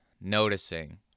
noticing